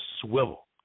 swivel